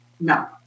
No